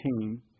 team